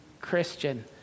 Christian